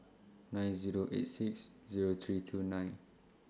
nine Zero eight six Zero three two nine